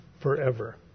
forever